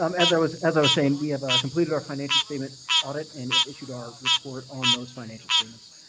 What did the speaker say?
um as i was as i was saying, we have ah completed our financial statement audit and issued our report on those financial statements.